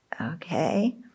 okay